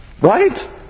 right